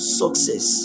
success